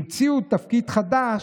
המציאו תפקיד חדש,